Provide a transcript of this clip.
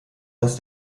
dass